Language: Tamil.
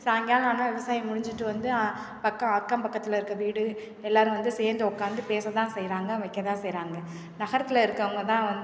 சாய்ங்காலம் ஆனால் விவசாயம் முடிஞ்சிட்டு வந்து பக்கம் அக்கம் பக்கத்தில் இருக்கிற வீடு எல்லாரும் வந்து சேர்ந்து உட்காந்து பேச தான் செய்கிறாங்க வைக்க தான் செய்கிறாங்க நகரத்தில் இருக்கறவங்க தான் வந்து